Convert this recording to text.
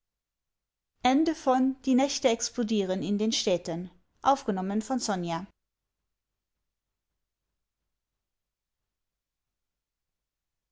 die nächte explodieren in den städten wir sind